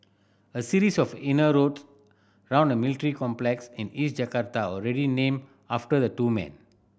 a series of inner roads around a military complex in East Jakarta already named after the two men